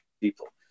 people